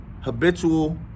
habitual